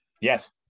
Yes